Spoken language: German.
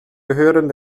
gehörten